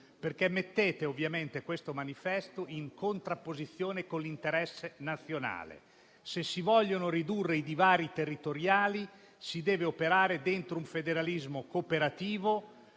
perché mettete questo manifesto in contrapposizione con l'interesse nazionale. Se si vogliono ridurre i divari territoriali, si deve operare dentro un federalismo cooperativo,